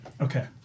Okay